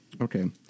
Okay